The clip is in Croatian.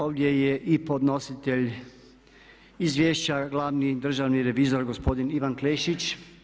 Ovdje je i podnositelj Izvješća glavni državni revizor gospodin Ivan Klešić.